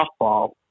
softball